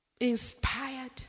inspired